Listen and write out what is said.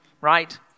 right